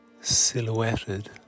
silhouetted